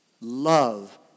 Love